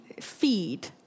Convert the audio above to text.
feed